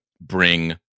bring